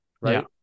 right